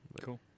Cool